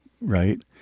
right